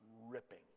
ripping